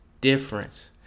difference